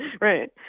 Right